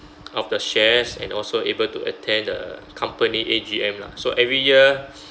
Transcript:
of the shares and also able to attend the company A_G_M lah so every year